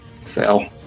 Fail